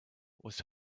was